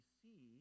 see